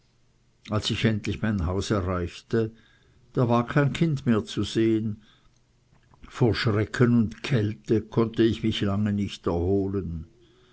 als ich endlich mein haus erreichte da war kein kind mehr zu sehen vor schrecken und kälte konnte ich mich lange nicht erholen